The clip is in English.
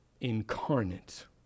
incarnate